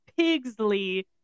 Pigsley